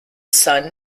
son